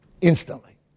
instantly